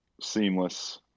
seamless